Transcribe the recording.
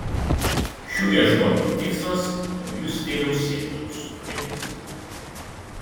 šių ieškojimų tikslas naujų stiliaus simbolių sukūrimas